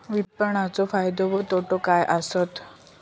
विपणाचो फायदो व तोटो काय आसत?